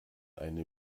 eine